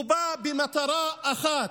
בא למטרה אחת: